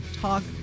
talk